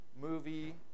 movie